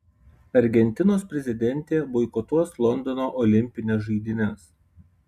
argentinos prezidentė boikotuos londono olimpines žaidynes